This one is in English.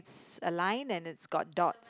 a line and it's got dots